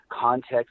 context